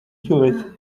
cyose